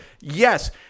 Yes